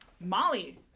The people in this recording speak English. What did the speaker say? Molly